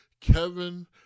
Kevin